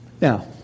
Now